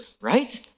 right